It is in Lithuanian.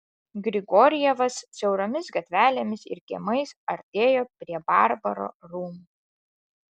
grigorjevas siauromis gatvelėmis ir kiemais artėjo prie barbaro rūmų